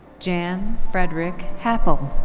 jan frederik happel.